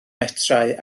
metrau